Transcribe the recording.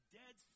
dead